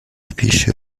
پیش